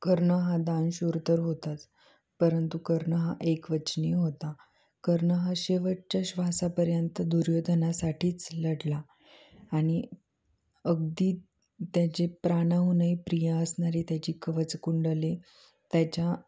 कर्ण हा दानशूर तर होताच परंतु कर्ण हा एकवचनी होता कर्ण हा शेवटच्या श्वासापर्यंत दुर्योधनासाठीच लढला आणि अगदी त्याचे प्राणाहूननही प्रिया असणारी त्याची कवच कुंडले त्याच्या